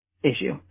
Issue